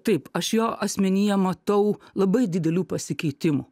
taip aš jo asmenyje matau labai didelių pasikeitimų